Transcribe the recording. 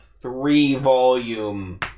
three-volume